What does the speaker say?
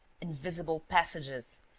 invisible passages,